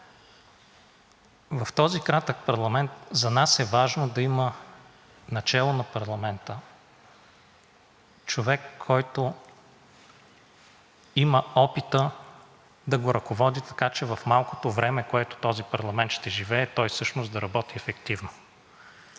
В този кратък парламент за нас е важно да има начело на парламента човек, който има опита да го ръководи, така че в малкото време, в което този парламент ще живее, той всъщност да работи ефективно.